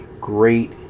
great